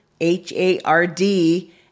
H-A-R-D